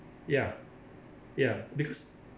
ya ya because